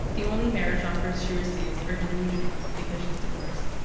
the only marriage offers she receives are delusional because she's divorced.